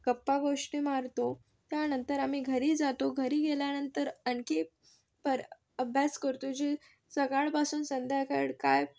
गप्पागोष्टी मारतो त्यानंतर आम्ही घरी जातो घरी गेल्यानंतर आणखी पर अभ्यास करतो जे सकाळपासून संध्याकाळ काय